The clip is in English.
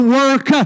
work